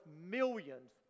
millions